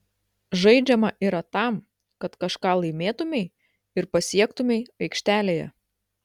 žaidžiama yra tam kad kažką laimėtumei ir pasiektumei aikštelėje